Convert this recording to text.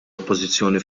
oppożizzjoni